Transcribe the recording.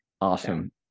Awesome